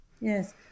Yes